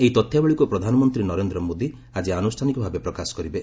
ଏଇ ତଥ୍ୟାବଳୀକୁ ପ୍ରଧାନମନ୍ତ୍ରୀ ନରେନ୍ଦ୍ର ମୋଦୀ ଆକି ଆନୁଷ୍ଠାନିକ ଭାବେ ପ୍ରକାଶ କରିବେ